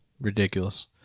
ridiculous